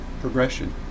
progression